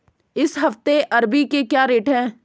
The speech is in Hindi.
इस हफ्ते अरबी के क्या रेट हैं?